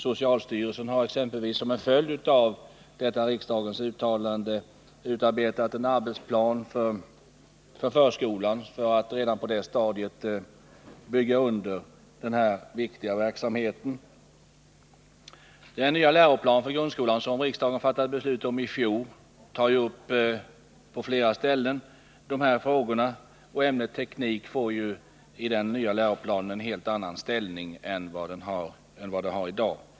Socialstyrelsen har exempelvis, som en följd av riksdagens uttalande, utarbetat en arbetsplan för förskolan för att man redan på det stadiet skall bygga under den här viktiga verksamheten. Den nya läroplan för grundskolan som riksdagen fattade beslut om i fjol tar på flera ställen upp dessa frågor, och ämnet teknik får i den nya läroplanen en helt annan ställning än det har tidigare.